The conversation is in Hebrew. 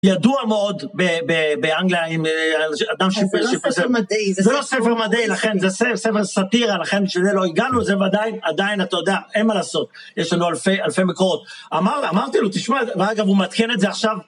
ידוע מאוד באנגליה עם אדם שיפר שיפר שיפר. זה לא ספר מדעי. זה לא ספר מדעי, לכן, זה ספר סאטירה, לכן, שזה לא הגענו, זה ודאי, עדיין, אתה יודע, אין מה לעשות, יש לנו אלפי מקורות. אמרתי לו, תשמע, ואגב, הוא מתחיל את זה עכשיו.